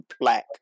black